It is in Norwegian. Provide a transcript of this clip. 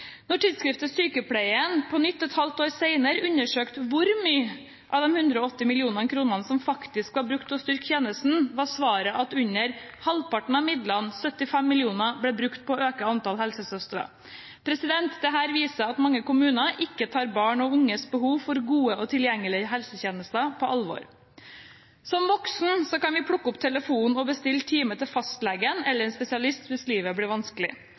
på nytt, et halvt år senere, undersøkte hvor mye av de 180 mill. kr som faktisk var brukt til å styrke tjenesten, var svaret at under halvparten av midlene, 75 mill. kr, ble brukt på å øke antall helsesøstre. Dette viser at mange kommuner ikke tar barn og unges behov for gode og tilgjengelige helsetjenester på alvor. Som voksne kan vi plukke opp telefonen og bestille time hos fastlegen eller hos en spesialist hvis livet blir vanskelig.